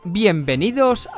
bienvenidos